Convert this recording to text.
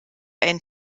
einen